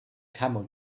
camel